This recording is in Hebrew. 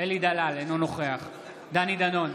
אינו נוכח דני דנון,